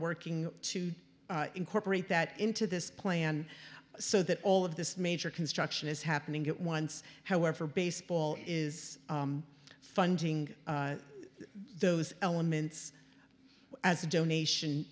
working to incorporate that into this plan so that all of this major construction is happening at once however baseball is funding those elements as a donation